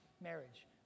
marriage